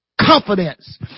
confidence